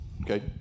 okay